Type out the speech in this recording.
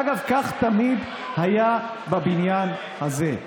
אגב, כך תמיד היה בבניין הזה.